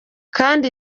kandi